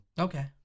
Okay